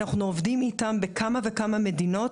אנחנו עובדים איתם בכמה וכמה מדינות.